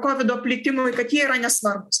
kovido plitimui kad jie yra nesvarbūs